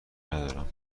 ندارم